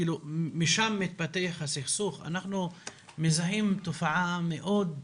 שמשם מתפתח הסכסוך אנחנו מזהים תופעה מאוד שכיחה.